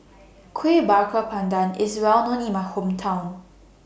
Kueh Bakar Pandan IS Well known in My Hometown